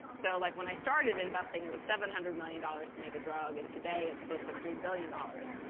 so like when i started investing, it was seven hundred million dollars to make a drug. and today, it's close to three billion dollars.